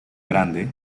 grande